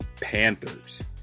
Panthers